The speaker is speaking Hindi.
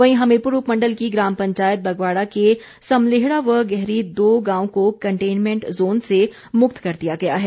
वहीं हमीरपुर उपमंडल की ग्राम पंचायत बगवाड़ा के समलेहड़ा व गहरी दो गांव को कंटेनमेंट जोन से मुक्त कर दिया गया है